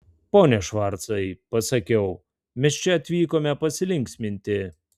pone švarcai pasakiau mes čia atvykome pasilinksminti